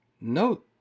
No